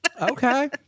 Okay